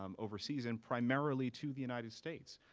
um overseas, and primarily to the united states.